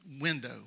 window